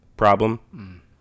problem